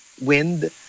wind